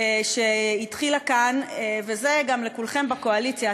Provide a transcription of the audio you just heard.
שהתחילה כאן, וזה גם לכולכם בקואליציה.